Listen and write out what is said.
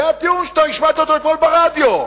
זה הטיעון שאתה השמעת אתמול ברדיו.